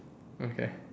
okay